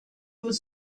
was